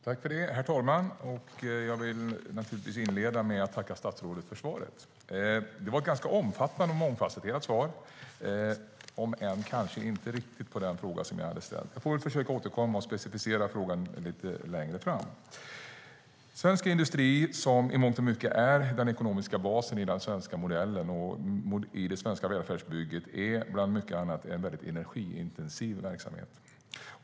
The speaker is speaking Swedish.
Herr talman! Jag vill inleda med att tacka statsrådet för svaret. Det var ett ganska omfattande och mångfasetterat svar, om än kanske inte riktigt på den fråga som jag hade ställt. Jag får väl försöka återkomma och specificera frågan lite längre fram. Svensk industri, som i mångt och mycket är den ekonomiska basen i den svenska modellen och i det svenska välfärdsbygget, är bland mycket annat en energiintensiv verksamhet.